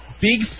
big